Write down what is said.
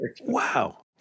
Wow